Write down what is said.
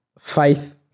Faith